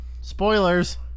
Spoilers